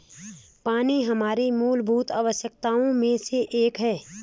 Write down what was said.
पानी हमारे मूलभूत आवश्यकताओं में से एक है